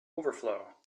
overflow